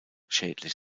schädlich